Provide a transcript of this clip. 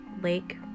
Lake